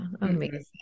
amazing